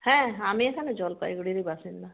হ্যাঁ আমি এখানে জলপাইগুড়িরই বাসিন্দা